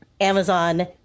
Amazon